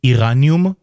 Iranium